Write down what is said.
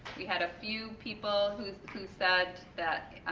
we had a few people who said that